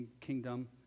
kingdom